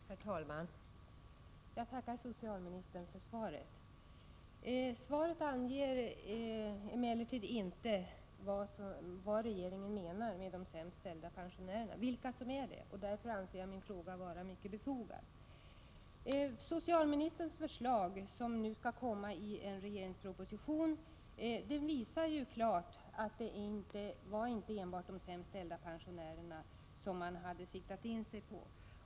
Herr talman! Jag tackar socialministern för svaret. Svaret anger emellertid inte vilka regeringen menar är de sämst ställda pensionärerna, och jag anser därför min fråga vara mycket befogad. Socialministerns förslag, som skall komma i en proposition, visar klart att det inte enbart var de sämst ställda pensionärerna som regeringen hade siktat in sig på.